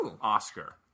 Oscar